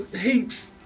heaps